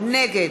נגד